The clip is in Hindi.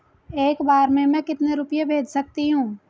एक बार में मैं कितने रुपये भेज सकती हूँ?